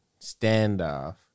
standoff